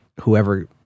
whoever